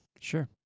Sure